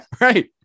right